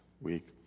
week